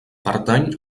pertany